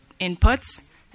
inputs